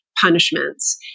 punishments